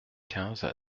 quinze